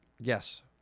Yes